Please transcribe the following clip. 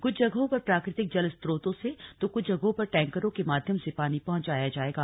कृछ जगहों पर प्राकृतिक जल स्रोतों से तो कृछ जगहों पर टैंकरों के माध्यम से पानी पहंचाया जाएगा